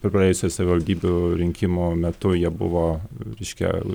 praėjusių savivaldybių rinkimo metu jie buvo reiškia